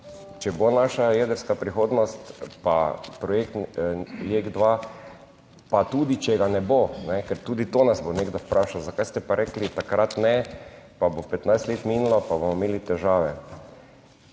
če bo naša jedrska prihodnost pa projekt Jek 2, pa tudi če ga ne bo, ker tudi to nas bo nekdo vprašal, zakaj ste pa rekli takrat ne, pa bo 15 let minilo pa bomo imeli težave.